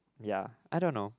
ya I don't know